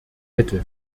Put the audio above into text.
hätte